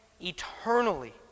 eternally